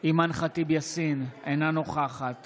אימאן ח'טיב יאסין, אינה נוכחת